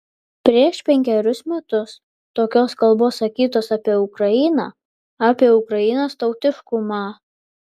prieš penkerius metus tokios kalbos sakytos apie ukrainą apie ukrainos tautiškumą